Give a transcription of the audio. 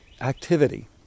activity